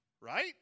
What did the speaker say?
right